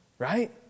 Right